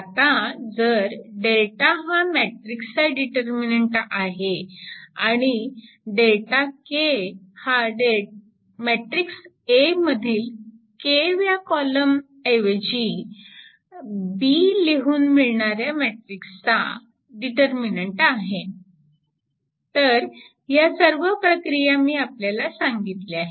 आता जर Δ हा मॅट्रिक्स चा डिटरमिनंट आहे आणि Δ k हा मॅट्रिक्स A मधील k व्या कॉलमऐवजी B लिहून मिळणाऱ्या मॅट्रिक्सचा डिटर्मिनन्ट आहे तर सर्व प्रक्रिया मी आपल्याला सांगितल्या आहेत